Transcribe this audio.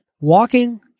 walking